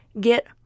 get